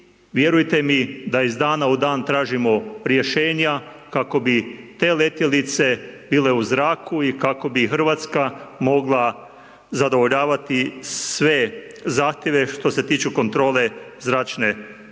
vjerujte mi da iz dana u dan tražimo rješenja kako bi te letjelice bile u zraku i kako bi Hrvatska mogla zadovoljavati sve zahtjeve što se tiču kontrole zračne plovidbe,